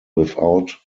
without